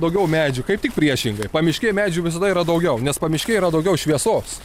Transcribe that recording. daugiau medžių kaip tik priešingai pamiškėj medžių visada yra daugiau nes pamiškėj yra daugiau šviesos